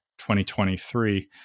2023